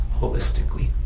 holistically